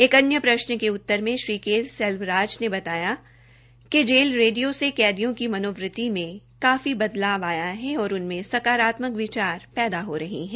एक अन्य प्रश्न के उत्तर में श्री के सल्वराज ने बताया कि जेल रेडियो से कैदियो की मनोवृति में काफी बदलाव आया है और साकारात्क विचार पैदा हो रहे है